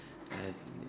I have leh